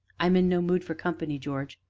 i'm in no mood for company, george.